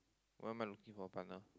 what am I looking for a partner